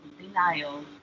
denial